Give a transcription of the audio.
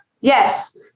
yes